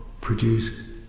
produce